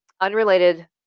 unrelated